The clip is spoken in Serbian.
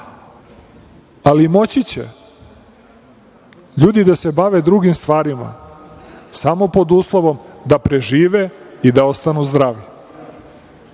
Ali, moći će ljudi da se bave drugim stvarima samo pod uslovom da prežive i da ostanu zdravi.